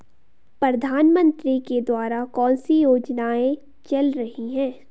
प्रधानमंत्री के द्वारा कौनसी योजनाएँ चल रही हैं?